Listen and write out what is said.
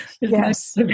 Yes